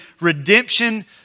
redemption